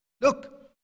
Look